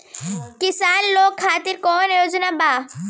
किसान लोग खातिर कौनों योजना बा का?